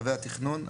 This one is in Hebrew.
בשלבי התכנון,